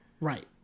Right